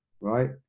right